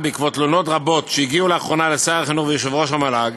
בעקבות תלונות רבות שהגיעו לאחרונה אל שר החינוך ואל יושב-ראש המל"ג